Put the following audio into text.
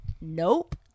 nope